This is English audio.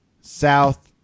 South